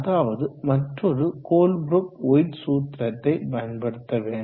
அதாவது மற்றொரு Colebrook White சூத்திரத்தை பயன்படுத்த வேண்டும்